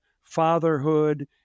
fatherhood